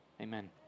amen